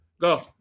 Go